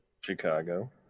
Chicago